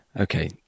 okay